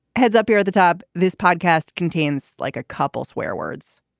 heads up near the top. this podcast contains like a couple swear words